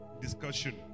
discussion